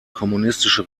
kommunistische